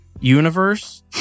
universe